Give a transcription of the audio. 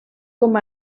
com